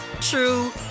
true